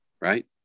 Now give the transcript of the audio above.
right